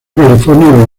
california